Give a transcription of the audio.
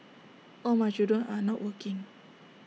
all my children are not working